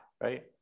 right